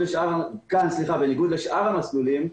בניגוד לשאר המסלולים,